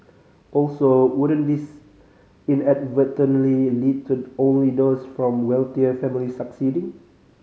also wouldn't this inadvertently lead to only those from wealthier families succeeding